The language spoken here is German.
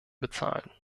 bezahlen